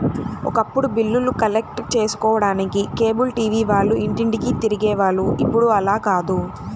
ఒకప్పుడు బిల్లులు కలెక్ట్ చేసుకోడానికి కేబుల్ టీవీ వాళ్ళు ఇంటింటికీ తిరిగే వాళ్ళు ఇప్పుడు అలా కాదు